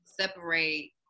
separate